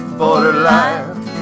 borderline